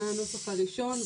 מהנוסח הראשון,